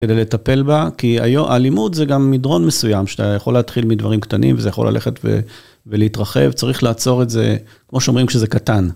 כדי לטפל בה, כי אלימות זה גם מדרון מסוים, שאתה יכול להתחיל מדברים קטנים וזה יכול ללכת ולהתרחב, צריך לעצור את זה, כמו שאומרים, כשזה קטן.